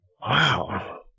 wow